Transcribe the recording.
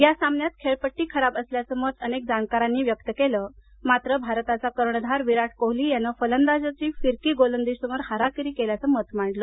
या सामन्यात खेळपट्टी खराब असल्याचं मत अनेक जाणकारांनी व्यक्त केलं मात्र भारताचा कर्णधार विराट कोहली यानं फलंदाजांनी फिरकी गोलंदाजीसमोर हाराकिरी केल्याचं मत मांडलं